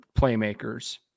playmakers